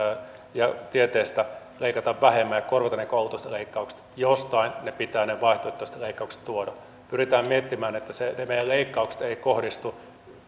ja tieteestä leikata vähemmän ja korvata ne koulutusleikkaukset jostain pitää ne vaihtoehtoiset leikkaukset tuoda me pyrimme miettimään ne niin että ne meidän leikkauksemme eivät kohdistu